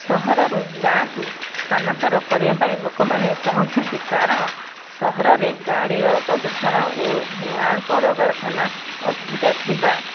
ସହରରୁ ଗାଁକୁ ସ୍ଥାନାନ୍ତର କରିବାପାଇଁ ଲୋକମାନେ ଚାହୁଁଛନ୍ତି କାରଣ ସହରରେ ଗାଡ଼ିର ପ୍ରଦୂଷଣ ଓ ଧୂଆଁ କଳକାରଖାନା ଅଧିକା ଥିବା